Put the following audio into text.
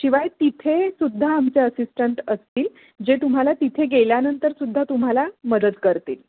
शिवाय तिथे सुद्धा आमचे असिस्टंट असतील जे तुम्हाला तिथे गेल्यानंतर सुद्धा तुम्हाला मदत करतील